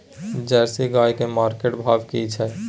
Jersey गाय की market भाव की छै?